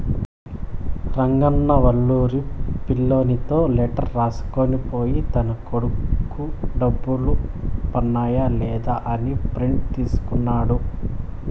రంగన్న వాళ్లూరి పిల్లోనితో లెటర్ రాసుకొని పోయి తన కొడుకు డబ్బులు పన్నాయ లేదా అని ప్రింట్ తీసుకున్నాడు